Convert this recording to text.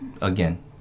again